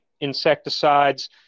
insecticides